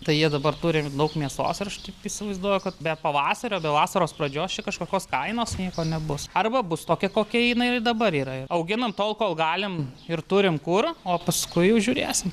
tai jie dabar turi daug mėsos ir aš taip įsivaizduoju kad be pavasario be vasaros pradžios čia kažkokios kainos nieko nebus arba bus tokia kokia jinai ir dabar yra auginam tol kol galim ir turim kur o paskui jau žiūrėsim